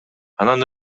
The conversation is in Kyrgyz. анан